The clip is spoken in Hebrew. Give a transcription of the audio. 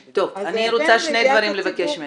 טוב, אני רוצה שני דברים לבקש ממך.